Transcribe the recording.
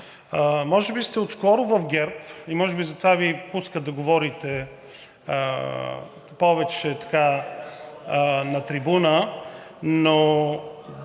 Може би сте отскоро в ГЕРБ и може би затова Ви пускат да говорите повече на трибуната, но